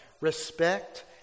respect